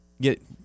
get